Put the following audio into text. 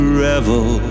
revel